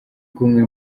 kumwe